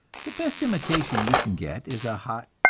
the best imitation you can get is a hot,